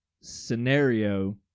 scenario